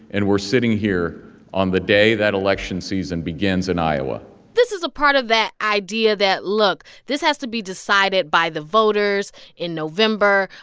and we're sitting here on the day that election season begins in iowa this is a part of that idea that, look this has to be decided by the voters in november,